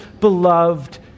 beloved